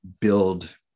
build